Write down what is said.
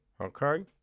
okay